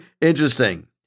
interesting